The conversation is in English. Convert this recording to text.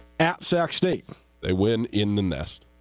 at sac state a win in the mass